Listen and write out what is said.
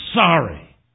Sorry